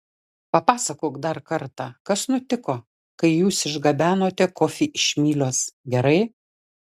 papasakok dar kartą kas nutiko kai jūs išgabenote kofį iš mylios gerai